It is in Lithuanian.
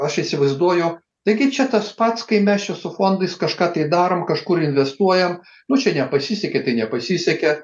aš įsivaizduoju taigi čia tas pats kai mes čia su fondais kažką tai darom kažkur investuojam nu čia nepasisekė tai nepasisekė